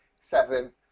seven